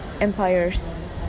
empires